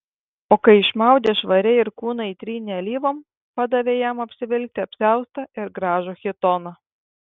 o kai išmaudė švariai ir kūną įtrynė alyvom padavė jam apsivilkti apsiaustą ir gražų chitoną